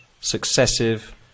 Successive